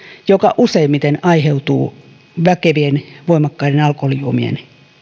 joka useimmiten aiheutuu väkevien voimakkaiden alkoholijuomien